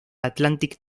atlantic